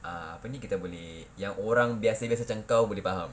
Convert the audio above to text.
uh apa ni yang kita boleh yang orang biasa macam kau boleh faham